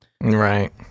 Right